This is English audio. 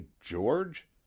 George